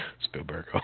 Spielberg